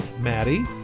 Maddie